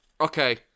okay